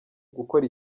gukora